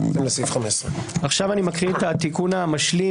לסעיף 15. עכשיו אני מקריא את התיקון המשלים